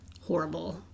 horrible